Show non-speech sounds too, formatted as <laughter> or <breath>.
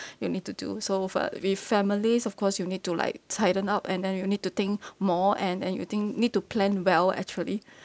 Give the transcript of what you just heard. you need to do so f~ uh with families of course you need to like tightened up and then you need to think <breath> more and and you think need to plan well actually <breath>